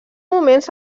moments